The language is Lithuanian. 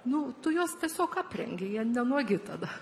nu tu juos tiesiog aprengi jie nuogi tada